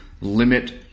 limit